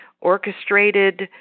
orchestrated